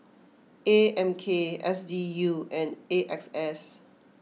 A M K S D U and A X S